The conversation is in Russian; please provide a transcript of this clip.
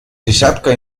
десятка